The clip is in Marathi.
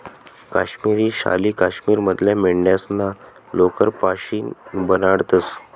काश्मिरी शाली काश्मीर मधल्या मेंढ्यास्ना लोकर पाशीन बनाडतंस